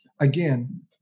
again